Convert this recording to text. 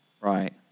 Right